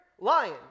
Lion